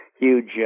huge